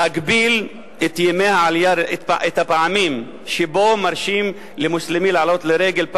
להגביל את הפעמים שמרשים למוסלמי לעלות לרגל,